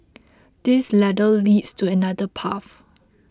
this ladder leads to another path